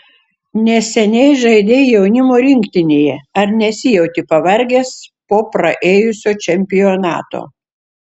neseniai žaidei jaunimo rinktinėje ar nesijauti pavargęs po praėjusio čempionato